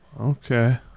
Okay